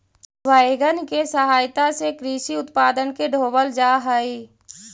wagon के सहायता से कृषि उत्पादन के ढोवल जा हई